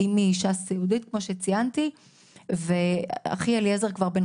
אימי אישה סיעודית כמו שציינתי ואחי אליעזר כבר בן